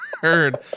heard